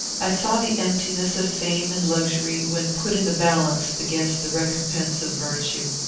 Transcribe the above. i saw the emptiness of fame and luxury, when put in the balance against the recompense of virtue.